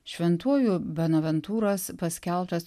šventuoju bonaventūras paskelbtas